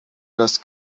das